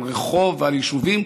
על רחוב ועל יישובים,